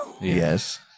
Yes